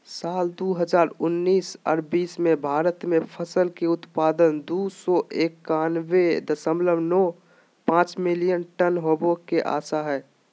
साल दू हजार उन्नीस आर बीस मे भारत मे फसल के उत्पादन दू सौ एकयानबे दशमलव नौ पांच मिलियन टन होवे के आशा हय